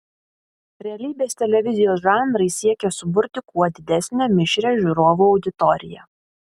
realybės televizijos žanrai siekia suburti kuo didesnę mišrią žiūrovų auditoriją